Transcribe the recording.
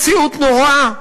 מציאות נוראה.